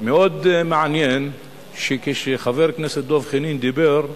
מאוד מעניין שכאשר חבר הכנסת דב חנין דיבר,